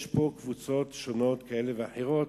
יש פה קבוצות שונות כאלה ואחרות,